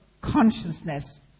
consciousness